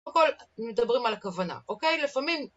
קודם כל, מדברים על הכוונה, אוקיי? לפעמים...